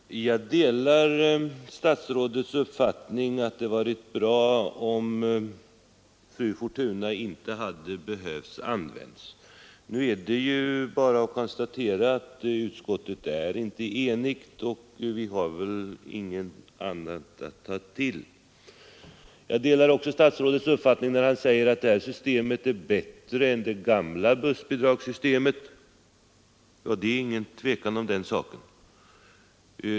Herr talman! Jag delar statsrådets uppfattning om att det hade varit bra om fru Fortuna inte hade behövt användas. Nu är det bara att konstatera att utskottet inte är enigt, och vi har väl då inget annat att ta till. Jag delar också statsrådets uppfattning när han säger att det här systemet är bättre än det gamla bussbidragssystemet. Det är inget tvivel om den saken.